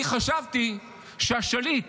אני חשבתי שהשליט,